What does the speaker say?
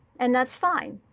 and that's fine.